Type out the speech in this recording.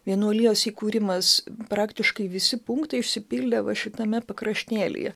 vienuolijos įkūrimas praktiškai visi punktai išsipildė va šitame pakraštėlyje